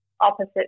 opposite